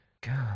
God